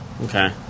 Okay